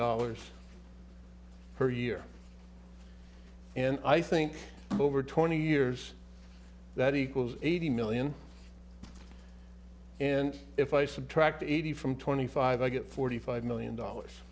dollars per year and i think over twenty years that equals eighty million and if i subtract eighty from twenty five i get forty five million dollars